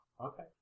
Okay